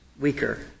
weaker